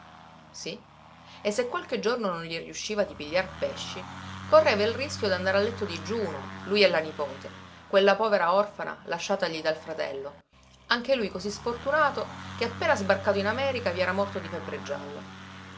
sí e se qualche giorno non gli riusciva di pigliar pesci correva il rischio d'andare a letto digiuno lui e la nipote quella povera orfana lasciatagli dal fratello anche lui cosí sfortunato che appena sbarcato in america vi era morto di febbre gialla